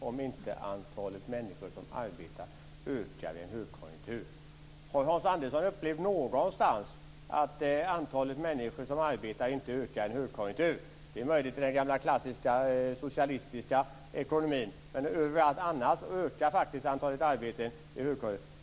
Fru talman! Det vore ju märkligt om inte antalet människor som arbetar ökar i en högkonjunktur. Har Hans Anderson någonstans upplevt att antalet människor som arbetar inte ökar i en högkonjunktur? Det är möjligt att det var så i den gamla klassiska socialistiska ekonomin. Men överallt annars ökar faktiskt antalet arbeten i högkonjunktur.